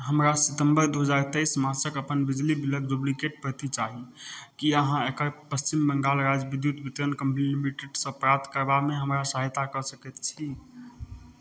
हमरा सितम्बर दू हजार तइस मासक अपन बिजली बिलक डुप्लिकेट प्रति चाही की अहाँ एकरा पश्चिम बंगाल राज्य विद्युत वितरण कम्पनी लिमिटेड सऽ प्राप्त करबामे हमर सहायता कऽ सकैत छी